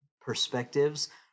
perspectives